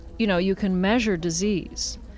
you know, you can measure disease.